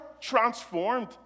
transformed